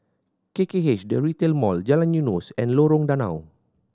K K H The Retail Mall Jalan Eunos and Lorong Danau